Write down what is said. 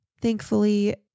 Thankfully